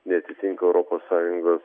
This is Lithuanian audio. neatitinka europos sąjungos